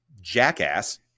jackass